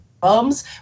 bums